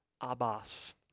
Abbas